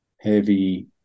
heavy